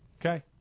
Okay